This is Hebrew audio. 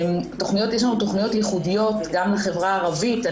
יש לנו תכניות ייחודיות גם לחברה הערבית,